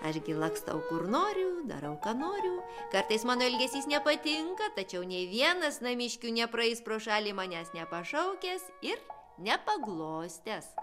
aš gi lakstau kur noriu darau ką noriu kartais mano elgesys nepatinka tačiau nei vienas namiškių nepraeis pro šalį manęs nepašaukęs ir nepaglostęs